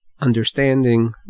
understanding